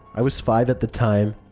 i was five at the time.